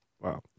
Wow